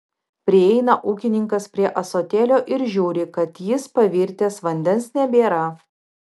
prieina ūkininkas prie ąsotėlio ir žiūri kad jis pavirtęs vandens nebėra